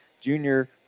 junior